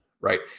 right